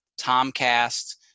TomCAST